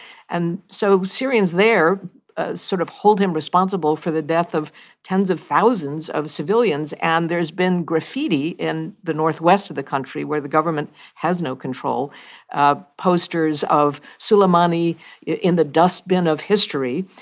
and so syrians there sort of hold him responsible for the death of tens of thousands of civilians. and there's been graffiti in the northwest of the country where the government has no control ah posters of soleimani in the dustbin of history.